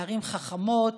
לערים חכמות,